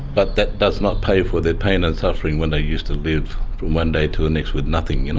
but that does not pay for their pain and suffering when they used to live from one day to the next with nothing. you know